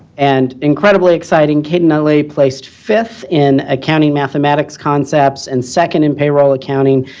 and, incredibly exciting, kate netly placed fifth in accounting mathematics concepts and second in payroll accounting,